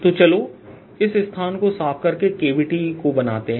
तो चलो इस स्थान को साफ करके कैविटी को बनाते हैं